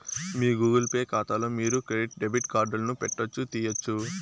మీ Google Pay కాతాలో మీరు మీ క్రెడిట్ డెబిట్ కార్డులను పెట్టొచ్చు, తీయొచ్చు